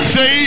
Say